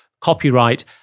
copyright